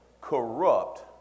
corrupt